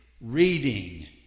reading